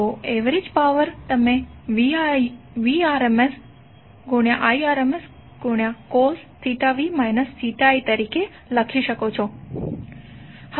તો average power તમે Vrms Irms cosv i તરીકે લખી શકો છો